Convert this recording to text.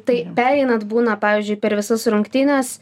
tai pereinant būna pavyzdžiui per visas rungtynes